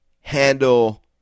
handle